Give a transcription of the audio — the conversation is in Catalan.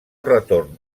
retorn